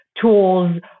tools